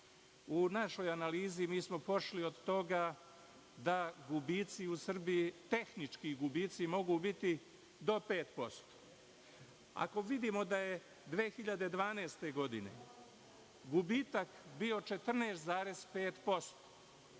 U našoj analizi, mi smo pošli od toga da gubici u Srbiji, tehnički gubici, mogu biti do pet posto. Ako vidimo da je 2012. godine gubitak bio 14,5%,